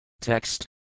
Text